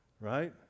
Right